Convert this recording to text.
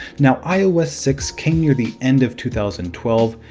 now ios six came near the end of two thousand twelve,